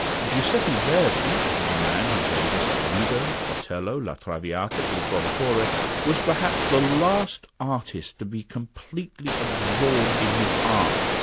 giuseppe verdi, the man who gave us aida, otello, la traviata, il trovatore, ah was perhaps the last artist to be completely absorbed in his art,